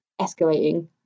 escalating